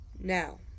Now